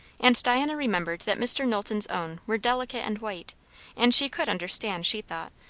and diana remembered that mr. knowlton's own were delicate and white and she could understand, she thought,